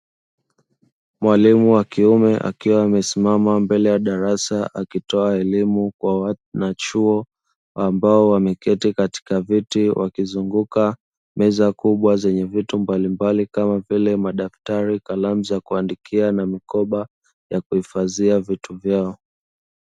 Mwalimu wa kiume akiwa amesimama mbele ya darasa akitoa elimu kwa wanachuo, ambao wameketi katika viti, wakizunguka meza kubwa zenye vitu mbalimbali kama vile madaftari, kalamu za kuandikia na mikoba ya kuifadhia vitu vyao.